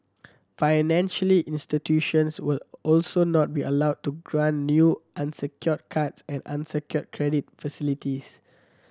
financially institutions will also not be allowed to grant new unsecured cards and unsecured credit facilities